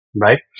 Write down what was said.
right